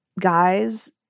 guys